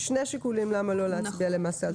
אז יש שני שיקולים למה לא להצביע למעשה על